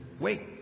wait